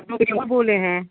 उसमें कुछ बोले हैं